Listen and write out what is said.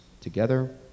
together